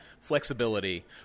flexibility